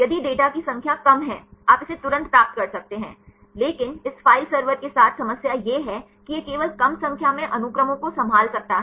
यदि डेटा की संख्या कम है आप इसे तुरंत प्राप्त कर सकते हैं लेकिन इस फ़ाइल सर्वर के साथ समस्या यह है कि यह केवल कम संख्या में अनुक्रमों को संभाल सकता है